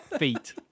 feet